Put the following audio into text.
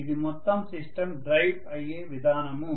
ఇది మొత్తం system drive అయ్యే విధానము